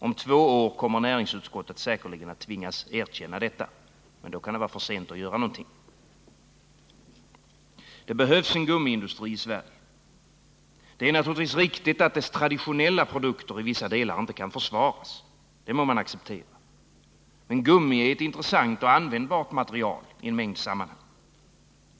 Om två år kommer näringsutskottet säkerligen att tvingas erkänna detta. Men då kan det vara för sent att göra någonting. Det behövs en gummiindustri i Sverige. Det är naturligtvis riktigt att dess traditionella produkter i vissa delar inte kan försvaras. Det må man acceptera. Men gummi är ett intressant och användbart material i en mängd sammanhang.